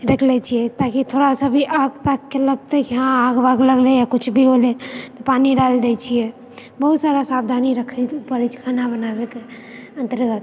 राखि लै छिए ताकि थोड़ा सा भी आगि तागिके लगतै कि हँ आगि वागि लगलै या कुछ भी होलै तऽ पानी डालि दै छिए बहुत सारा सावधानी राखै पड़ै छै खाना बनाबैके अन्तर्गत